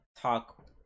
talk